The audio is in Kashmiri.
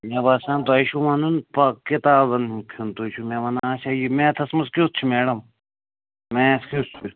مےٚ باسان تۄہہِ چھُو وَنُن کِتابَن تُہۍ چھُو مےٚ ونان اچھا یہِ میتھَس منٛز کیُتھ چھُ میڈم میتھ کیُتھ چھُس